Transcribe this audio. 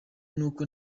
nuko